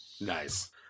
Nice